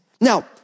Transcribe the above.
Now